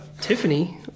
tiffany